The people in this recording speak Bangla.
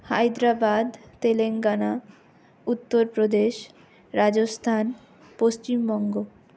হায়দ্রাবাদ তেলেঙ্গানা উত্তরপ্রদেশ রাজস্থান পশ্চিমবঙ্গ